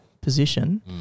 position